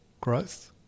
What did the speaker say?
growth